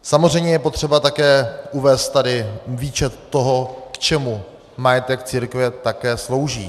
Samozřejmě je potřeba také uvést tady výčet toho, k čemu majetek církve také slouží.